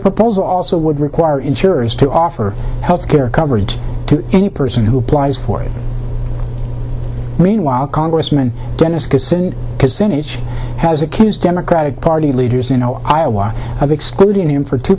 proposal also would require insurers to offer health care coverage to any person who applies for it meanwhile congressman dennis kucinich has accused democratic party leaders in iowa of excluding him for two